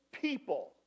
people